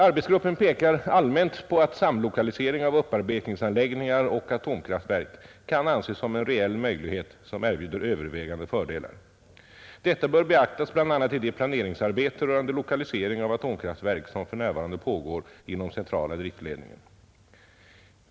Arbetsgruppen pekar allmänt på att samlokalisering av upparbetningsanläggningar och atomkraftverk kan anses som en reell möjlighet som erbjuder övervägande fördelar. Detta bör beaktas bl.a. i det planeringsarbete rörande lokalisering av atomkraftverk som för närvarande pågår inom centrala driftledningen.